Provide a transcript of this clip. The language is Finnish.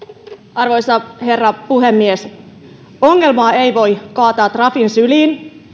arvoisa herra puhemies ongelmaa ei voi kaataa trafin syliin